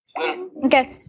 Okay